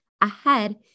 ahead